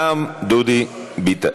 גם דודי ביטן.